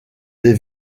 des